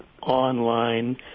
online